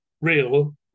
real